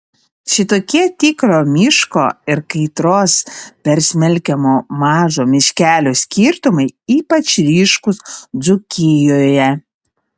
šitokie tikro miško ir kaitros persmelkiamo mažo miškelio skirtumai ypač ryškūs dzūkijoje